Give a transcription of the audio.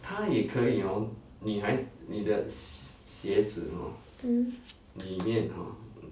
mm